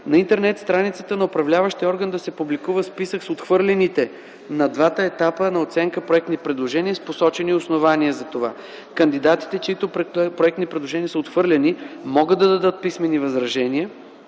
на интернет-страницата на управляващия орган да се публикува списък с отхвърлените на двата етапа на оценка проектни предложения с посочени основания за това. Кандидатите, чиито предпроектни предложения са отхвърлени могат да дадат писмени възражения